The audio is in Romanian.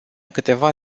câteva